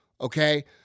okay